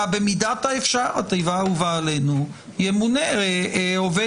במידת האפשר - התיבה האהובה עלינו ימונה עובד